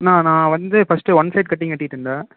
அண்ணா நான் வந்து first one side cutting வெட்டிட்டுருந்தேன்